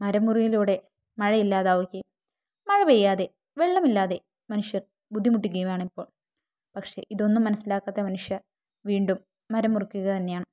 മരം മുറിയിലൂടെ മഴ ഇല്ലാതാവുകയും മഴപെയ്യാതെ വെള്ളമില്ലാതെ മനുഷ്യർ ബുദ്ധിമുട്ടുകയുമാണിപ്പോൾ പക്ഷെ ഇതൊന്നും മനസ്സിലാക്കാത്ത മനുഷ്യർ വീണ്ടും മരം മുറിക്കുക തന്നെയാണ്